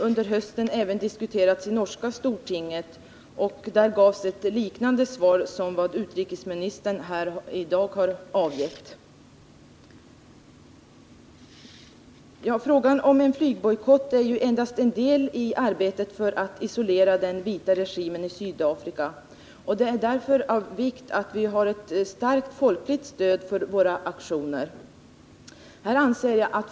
under hösten också diskuterats i norska stortinget. Där gavs ett svar liknande det som utrikesministern här i dag har avgett. En flygbojkott är endast en del i arbetet för att isolera den vita regimen i Sydafrika. Det är därför av vikt att vi har ett starkt folkligt stöd för våra aktioner.